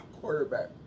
Quarterback